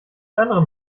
anderen